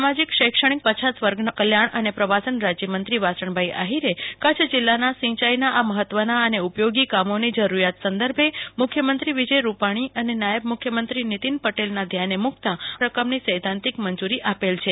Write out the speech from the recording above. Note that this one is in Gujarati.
સામાજિક શૈક્ષણિક પછાત વર્ગોના કલ્યાણ અને પ્રવાસન રાજયમંત્રીશ્રી વાસણભાઇ આહિરે કચ્છ જિલ્લાના સિંચાઇના આ મહત્વના અને ઉપયોગી કામોની જરૂરિયાત સંદર્ભે મુખ્યમંત્રીશ્રી વિજયભાઇ રૂપાણી અને નાયબ મુખ્યમંત્રીશ્રી નિતીનભાઇ પટેલના ધ્યાને મુકતા આ રકમની સૈધ્ધાંતિક મંજુરી આપેલ છે